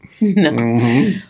No